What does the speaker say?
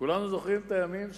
כולנו זוכרים את הימים,